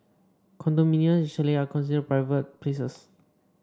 condominiums and chalet are considered private places